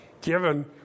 given